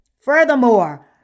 Furthermore